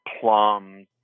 plum